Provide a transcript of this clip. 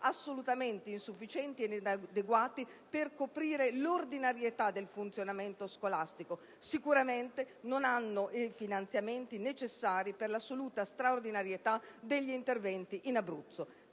assolutamente insufficienti ed inadeguati a coprire l'ordinario funzionamento scolastico. Sicuramente non hanno i finanziamenti necessari per l'assoluta straordinarietà degli interventi da realizzare